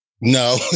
No